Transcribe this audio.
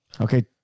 okay